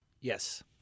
Yes